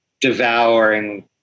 devouring